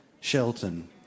Shelton